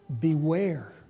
Beware